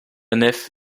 nef